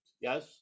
yes